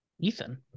Ethan